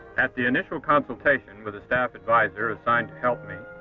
at the initial consultation with the staff advisor assigned to help me,